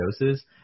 doses